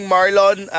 Marlon